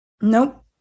nope